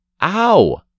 ow